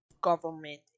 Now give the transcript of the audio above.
government